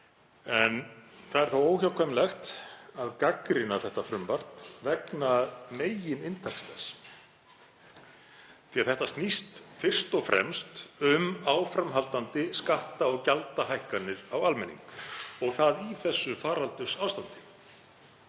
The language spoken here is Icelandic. Það er þó óhjákvæmilegt að gagnrýna þetta frumvarp vegna megininntaks þess. Það snýst fyrst og fremst um áframhaldandi skatta- og gjaldahækkanir á almenning og það í þessu faraldursástandi.